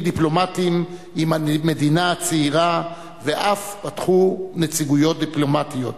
דיפלומטיים עם המדינה הצעירה ואף פתחו נציגויות דיפלומטיות.